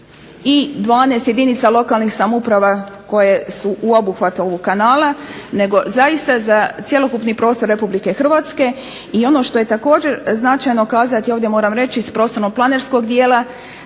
i 12 jedinica lokalnih samouprava koje su u obuhvatu ovog kanala nego zaista za cjelokupni prostor Republike Hrvatske. I ono što je također značajno kazati, ovdje moram reći iz prostorno-planerskog dijela